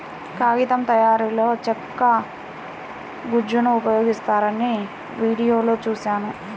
కాగితం తయారీలో చెక్క గుజ్జును ఉపయోగిస్తారని వీడియోలో చూశాను